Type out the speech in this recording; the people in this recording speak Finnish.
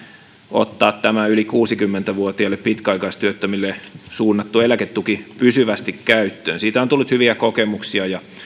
ottaa tämä yli kuusikymmentä vuotiaille pitkäaikaistyöttömille suunnattu eläketuki pysyvästi käyttöön siitä on tullut hyviä kokemuksia ja